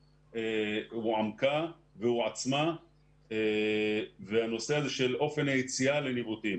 הועמק והועצם והנושא הזה של אופן היציאה לניווטים